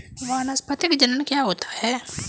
वानस्पतिक जनन क्या होता है?